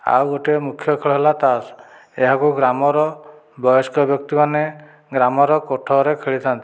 ଆଉ ଗୋଟିଏ ମୁଖ୍ୟ ଖେଳ ହେଲା ତାସ ଏହାକୁ ଗ୍ରାମର ବୟସ୍କ ବ୍ୟକ୍ତିମାନେ ଗ୍ରାମର କୋଠ ଘରେ ଖେଳିଥାନ୍ତି